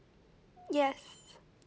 yes